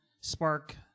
spark